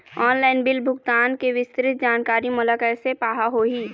Online bill भुगतान के विस्तृत जानकारी मोला कैसे पाहां होही?